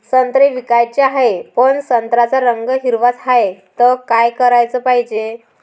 संत्रे विकाचे हाये, पन संत्र्याचा रंग हिरवाच हाये, त का कराच पायजे?